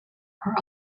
are